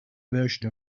version